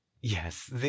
Yes